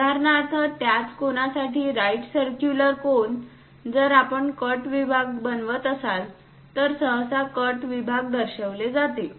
उदाहरणार्थ त्याच कोनसाठी राइट सर्क्युलर कोन जर आपण कट विभाग बनवत असाल तर सहसा कट विभाग दर्शविले जातात